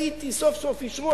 סוף-סוף אישרו,